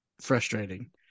frustrating